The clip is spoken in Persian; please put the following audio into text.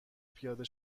پیاده